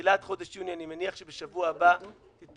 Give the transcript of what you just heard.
בתחילת חודש יוני, אני מניח בשבוע הבא יתפרסם